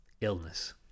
illness